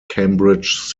cambridge